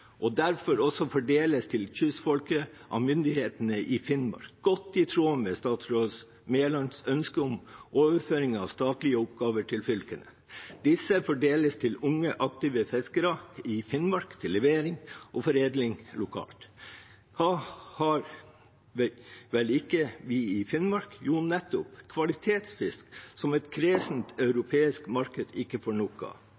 og derfor også fordeles til kystfolket av myndighetene i Finnmark, godt i tråd med statsråd Mælands ønske om overføring av statlige oppgaver til fylkene. Disse fordeles til unge, aktive fiskere i Finnmark, til levering og foredling lokalt. Har ikke vi i Finnmark nettopp kvalitetsfisk som et kresent